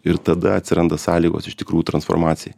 ir tada atsiranda sąlygos iš tikrų transformacijai